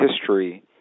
history